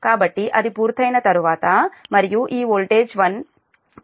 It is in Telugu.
కాబట్టి అది పూర్తయిన తర్వాత మరియు ఈ వోల్టేజ్ 1